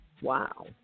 Wow